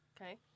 Okay